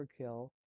overkill